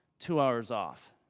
two hours off.